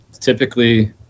typically